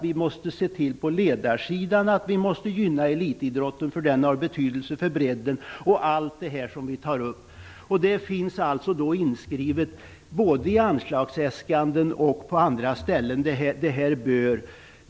Vi måste gynna elitidrotten på ledarsidan, eftersom den har betydelse för bredden. Detta finns inskrivet både i anslagsäskanden och på andra ställen.